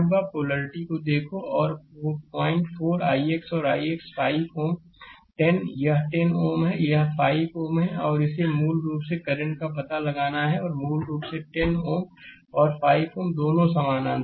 polarity को देखो और 04 ix और ix 5 Ω 10 यह 10 Ω है यह 5 Ω है और इसे मूल रूप से करंट का पता लगाना है और मूल रूप से 10 Ω और5 Ω दोनों समानांतर हैं